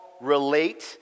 relate